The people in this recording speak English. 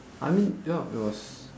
I mean yup it was